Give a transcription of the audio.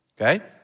Okay